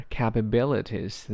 capabilities